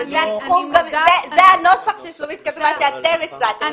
זה הנוסח ששלומית כתבה שאתם הצעתם.